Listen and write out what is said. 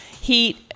heat